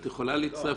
את יכולה להצטרף,